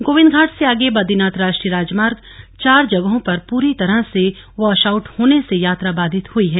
गोविन्द घाट से आगे बद्रीनाथ राष्ट्रीय राजमार्ग चार जगहों पर पूरी तरह से वॉशआउट होने से यात्रा बाधित हुई है